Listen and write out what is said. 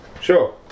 Sure